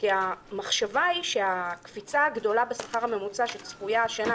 כי המחשבה היא שהקפיצה הגדולה בשכר הממוצע שצפויה השנה,